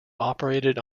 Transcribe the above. operated